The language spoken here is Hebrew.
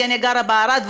כי אני גרה בערד,